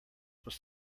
was